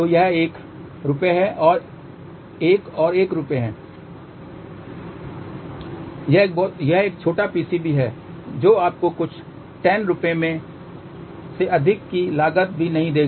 तो यह एक 1 रुपये है एक और 1 रुपये है यह एक छोटा PCB है जो आपको कुछ 10 रुपये से अधिक की लागत भी नहीं देगा